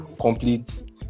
complete